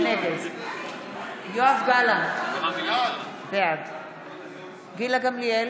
נגד קרן ברק, בעד ניר ברקת, בעד יאיר גולן,